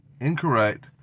incorrect